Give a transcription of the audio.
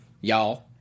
y'all